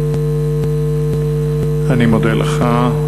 אני מודה לך.